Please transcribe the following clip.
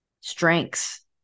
strengths